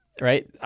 right